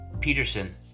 Peterson